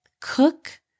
cook